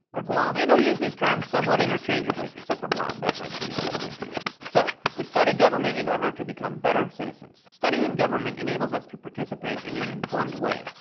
or guam. and i'll use these terms somewhat interchangeably except for guam, that might be a little confusing. so, we study government in order to become better citizens. studying government enables us to participate in an informed way.